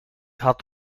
had